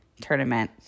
tournament